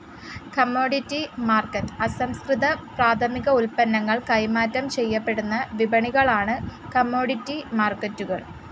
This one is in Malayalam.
കമ്മോഡിറ്റി മാർക്കറ്റ് അസംസ്കൃത പ്രാഥമിക ഉൽപ്പന്നങ്ങൾ കൈമാറ്റം ചെയ്യപ്പെടുന്ന വിപണികളാണ് കമ്മോഡിറ്റി മാർക്കറ്റുകൾ